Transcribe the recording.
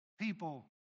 people